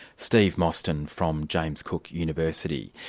steve moston from james cook university.